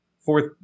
fourth